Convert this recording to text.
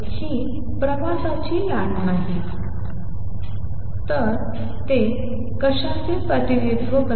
तर ही प्रवासाची लाट नाही तर ते कशाचे प्रतिनिधित्व करते